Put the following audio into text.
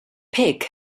pick